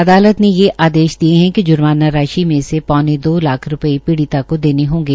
अदालत ने ये आदेश दिए है कि ज्र्माना राशि मे से पौने लाख रूपये पीडि़मा को देने होंगे